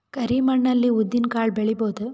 ಕರಿ ಮಣ್ಣ ಅಲ್ಲಿ ಉದ್ದಿನ್ ಕಾಳು ಬೆಳಿಬೋದ?